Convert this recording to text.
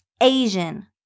Asian